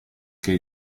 che